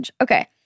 Okay